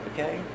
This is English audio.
Okay